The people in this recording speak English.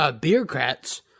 bureaucrats